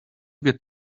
get